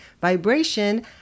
vibration